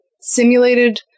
simulated